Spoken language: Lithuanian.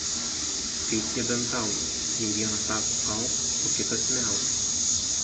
kaip jie bendrauja jei vienas sako au o kitas miau